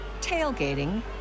tailgating